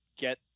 get